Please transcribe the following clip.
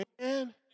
man